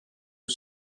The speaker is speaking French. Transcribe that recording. que